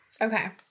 Okay